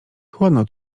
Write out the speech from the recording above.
chłodno